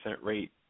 rate